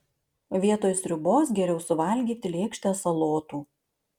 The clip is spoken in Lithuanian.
vietoj sriubos geriau suvalgyti lėkštę salotų